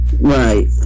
Right